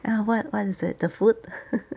ya what what is it the food